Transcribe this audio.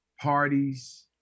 parties